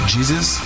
Jesus